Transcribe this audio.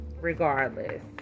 regardless